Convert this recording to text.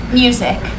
music